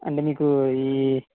అంటే మీకు ఈ